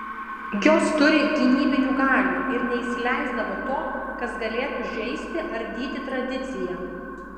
jos turi gynybinių galių ir neįsileisdavo to kas galėtų žeisti ardyti tradiciją